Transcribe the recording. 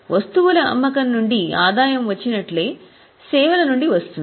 వస్తువుల అమ్మకం నుండి ఆదాయం వచ్చినట్లే సేవల నుండి వస్తుంది